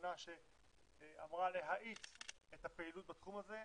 לאחרונה שאמרה להאיץ את הפעילות בתחום הזה,